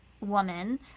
woman